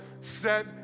set